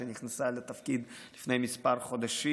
שנכנסה לתפקיד לפני מספר חודשים.